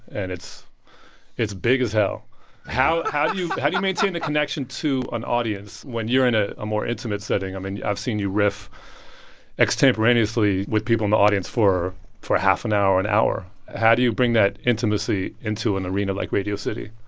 and it's it's big as hell how do you how do you maintain the connection to an audience when you're in a more intimate setting? i mean, i've seen you riff extemporaneously with people in the audience for for half an hour, an hour. hour. how do you bring that intimacy into an arena like radio city?